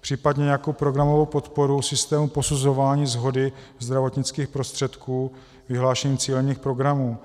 případně nějakou programovou podporu systému posuzování shody zdravotnických prostředků vyhlášením cílených programů.